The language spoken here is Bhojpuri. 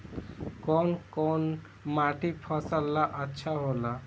कौन कौनमाटी फसल ला अच्छा होला?